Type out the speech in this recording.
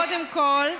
קודם כול,